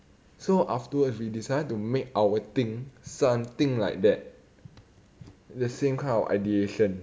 so afterwards we decided to make our thing something like that the same kind of ideation